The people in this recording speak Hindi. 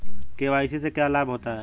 के.वाई.सी से क्या लाभ होता है?